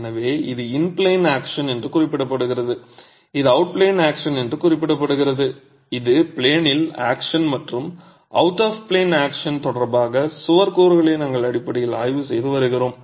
எனவே இது in plane action என்று குறிப்பிடப்படுகிறது இது அவுட் ஆஃப் ப்ளேன் ஆக்ஷன் என்று குறிப்பிடப்படுகிறது மேலும் ப்ளேனில் ஆக்ஷன் மற்றும் அவுட் ஆஃப் ப்ளேன் ஆக்ஷன் தொடர்பாக சுவர் கூறுகளை நாங்கள் அடிப்படையில் ஆய்வு செய்து வருகிறோம்